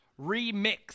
remix